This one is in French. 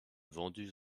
vendues